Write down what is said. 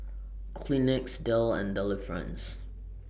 Kleenex Dell and Delifrance